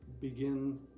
begin